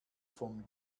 vom